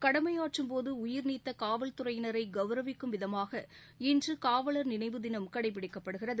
கடமையாற்றும் போது உயிர்நீத்த காவல் துறையினரை கௌரவிக்கும் விதமாக இன்று காவல் நினைவு தினம் கடைபிடிக்கப்படுகிறது